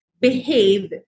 behave